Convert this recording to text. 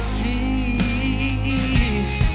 teeth